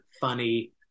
funny